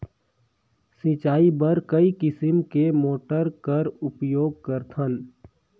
सिंचाई बर कई किसम के मोटर कर उपयोग करथन?